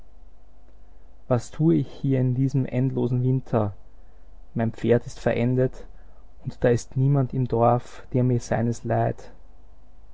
was tue ich hier in diesem endlosen winter mein pferd ist verendet und da ist niemand im dorf der mir seines leiht